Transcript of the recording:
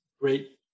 great